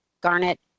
Garnet